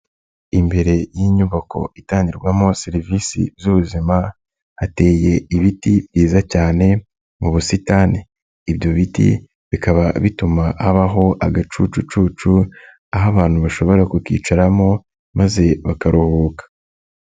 Imbere y'inyubako itangirwamo serivisi z'ubuzima hateye ibiti byiza cyane mu busitani, ibyo biti bikaba bituma habaho agacucucu, aho abantu bashobora kukicaramo maze bakaruhuka.